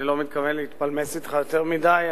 אני לא מתכוון להתפלמס אתך יותר מדי.